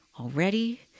already